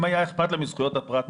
אם היה אכפת לה מזכויות הפרט,